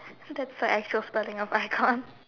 that's the actual spelling of icon